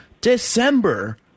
December